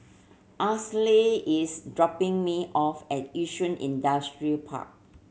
Ansley is dropping me off at Yishun Industrial Park